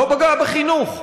לא פגיעה בחינוך.